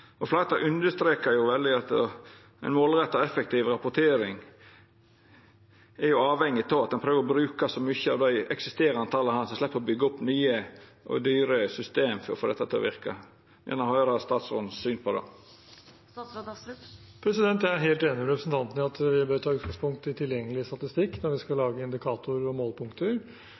veldig at ei målretta og effektiv rapportering er avhengig av at ein prøver å bruka så mykje av dei eksisteranda tala at ein slepp å byggja opp nye og dyre system for å få dette til å verka. Eg vil gjerne høyra statsrådens syn på det. Jeg er helt enig med representanten i at vi bør ta utgangspunkt i tilgjengelig statistikk når vi skal lage indikatorer og